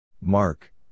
Mark